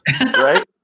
right